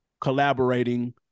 collaborating